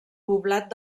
poblat